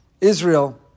Israel